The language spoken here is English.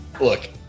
Look